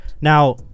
Now